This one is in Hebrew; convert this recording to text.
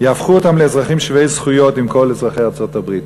יהפכו אותם לאזרחים שווי זכויות עם כל אזרחי ארצות-הברית.